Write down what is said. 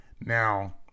now